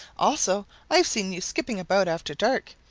also i've seen you skipping about after dark.